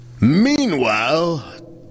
Meanwhile